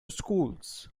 schools